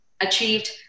achieved